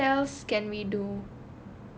err what else can we do